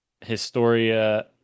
historia